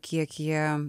kiek jie